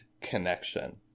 connection